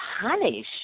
punish